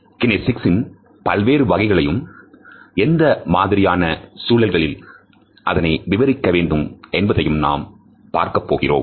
kinesics ன் பல்வேறு வகைகளையும் எந்த மாதிரியான சூழல்களில் அதனை விவரிக்க வேண்டும் என்பதையும் நாம் பார்க்கப்போகிறோம்